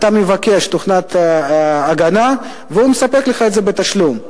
אתה מבקש תוכנת הגנה, והוא מספק לך את זה בתשלום.